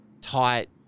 tight